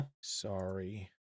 sorry